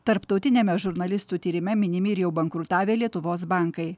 tarptautiniame žurnalistų tyrime minimi ir jau bankrutavę lietuvos bankai